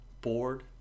bored